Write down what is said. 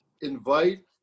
invite